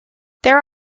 there